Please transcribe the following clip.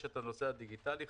יש את הנושא הדיגיטלי.